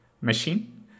machine